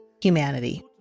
humanity